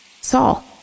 Saul